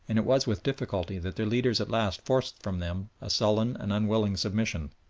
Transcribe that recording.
and it was with difficulty that their leaders at last forced from them a sullen and unwilling submission.